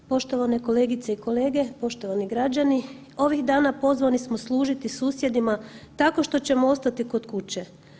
Poštovane kolegice i kolege, poštovani građani ovih dana pozvani smo služiti susjedima tako što ćemo ostati kod kuće.